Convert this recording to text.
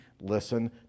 listen